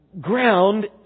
ground